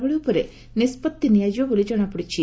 ବଳୀ ଉପରେ ନିଷ୍ବର୍ତି ନିଆଯିବ ବୋଲି ଜଣାପଡ଼ିଛି